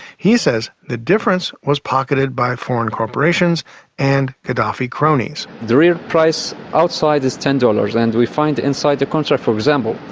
he says the difference was pocketed by foreign corporations and gaddafi cronies. the real price outside is ten dollars and we find inside the contract, for example,